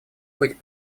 быть